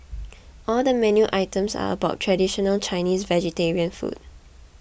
all the menu items are about traditional Chinese vegetarian food